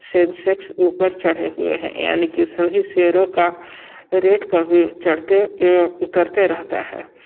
Sensex ऊपर चढ़े हुए हैं यानि कि सभी शेयरों का रेट कभी चढ़ते एवम उतरते रहता है